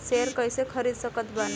Share कइसे खरीद सकत बानी?